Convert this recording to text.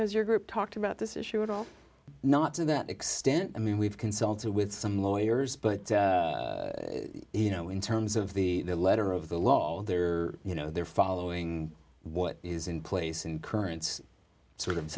as your group talked about this issue at all not to that extent i mean we've consulted with some lawyers but you know in terms of the letter of the law there you know they're following what is in place and currents sort of